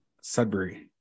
Sudbury